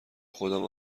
خودم